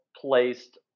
placed